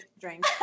Drink